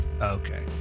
Okay